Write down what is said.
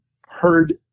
heard